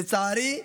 לצערי,